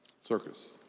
Circus